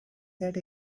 that